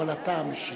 אבל אתה המשיב.